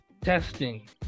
Testing